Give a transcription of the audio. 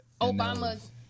Obama's